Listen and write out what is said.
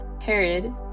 Herod